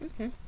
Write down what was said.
Okay